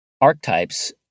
archetypes